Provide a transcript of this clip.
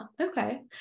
okay